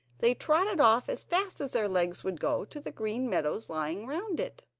they trotted off as fast as their legs would go to the green meadows lying round it.